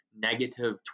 negative